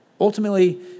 Ultimately